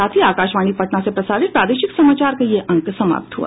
इसके साथ ही आकाशवाणी पटना से प्रसारित प्रादेशिक समाचार का ये अंक समाप्त हुआ